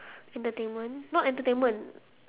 entertainment not entertainment